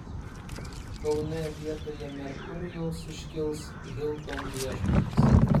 kaune vietoje merkurijaus iškils hilton viešbutis